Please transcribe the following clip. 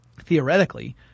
Theoretically